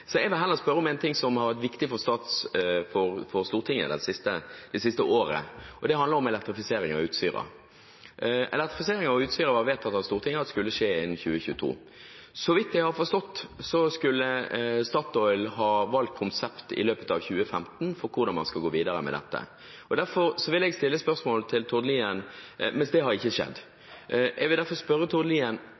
Jeg vil heller spørre om en ting som har vært viktig for Stortinget det siste året. Det handler om elektrifisering av Utsira. Elektrifisering av Utsira var vedtatt av Stortinget at skulle skje innen 2022. Så vidt jeg har forstått, skulle Statoil ha valgt konsept i løpet av 2015 for hvordan man skal gå videre med dette, men det har ikke skjedd. Jeg